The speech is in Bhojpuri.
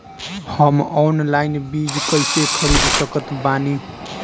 हम ऑनलाइन बीज कइसे खरीद सकत बानी?